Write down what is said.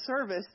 service